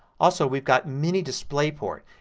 also we've got mini display port.